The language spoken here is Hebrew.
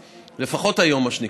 לפחות היום, מה שנקרא.